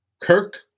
Kirk